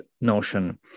notion